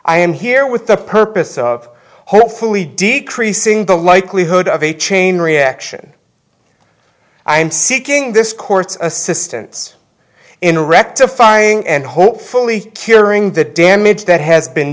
i am here with the purpose of hopefully decreasing the likelihood of a chain reaction i am seeking this court's assistance in rectifying and hopefully curing the damage that has been